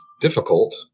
difficult